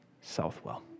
Southwell